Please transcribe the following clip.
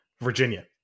Virginia